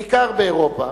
בעיקר באירופה,